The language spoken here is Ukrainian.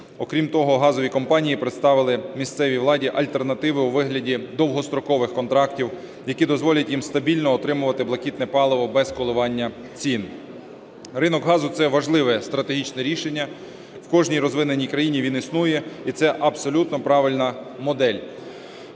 Окрім того, газові компанії представили місцевій владі альтернативи у вигляді довгострокових контрактів, які дозволять їм стабільно отримувати блакитне паливо без коливання цін. Ринок газу – це важливе стратегічне рішення, в кожній розвиненій країні він існує, і це абсолютно правильна модель: